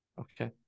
Okay